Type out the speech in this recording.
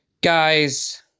Guys